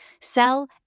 sell